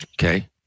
Okay